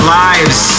lives